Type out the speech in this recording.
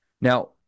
Now